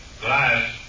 Glass